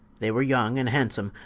they were young and handsome,